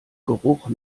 geruch